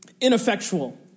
ineffectual